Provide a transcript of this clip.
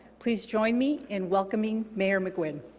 please join me in welcoming mayor mcginn.